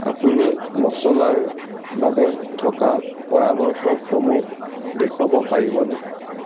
আপুনি মচলাৰ বাবে থকা পৰামৰ্শসমূহ দেখুৱাব পাৰিবনে